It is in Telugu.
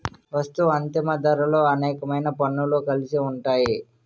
వస్తూ అంతిమ ధరలో అనేకమైన పన్నులు కలిసి ఉంటాయి